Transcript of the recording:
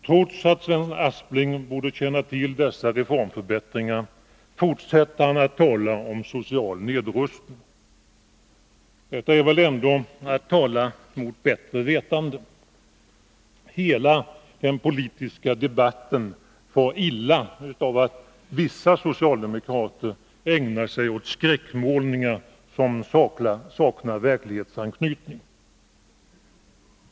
Trots att Sven Aspling borde känna till dessa förbättringar fortsätter han att tala om social nedrustning. Detta är väl ändå att tala mot bättre vetande! Hela den politiska debatten far illa av att vissa socialdemokrater ägnar sig åt att göra skräckmålningar, som saknar verklighetsanknytning.